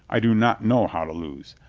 i do not know how to lose.